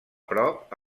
prop